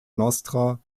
nostra